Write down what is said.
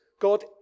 God